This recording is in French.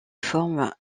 forment